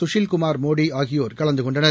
சுசில்குமார் மோடி ஆகியோர் கலந்து கொண்டனர்